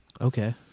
okay